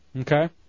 Okay